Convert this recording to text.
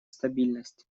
стабильность